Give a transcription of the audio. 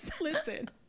Listen